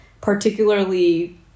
particularly